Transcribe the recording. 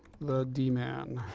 the da man.